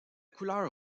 couleur